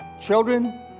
Children